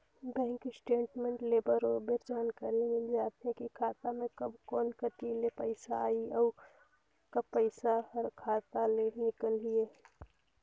bank statement ले बरोबर जानकारी मिल जाथे की खाता मे कब कोन कति ले पइसा आइसे अउ कब पइसा हर खाता ले निकलिसे